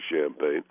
champagne